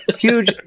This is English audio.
huge